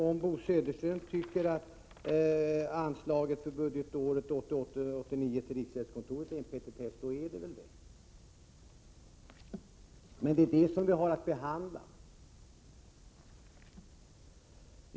Om Bo Södersten menar att anslaget till riksgäldkontoret för budgetåret 1988/89 är en petitess, så är det väl det. Men det är det ärende som vi nu har att behandla.